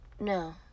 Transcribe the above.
No